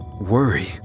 Worry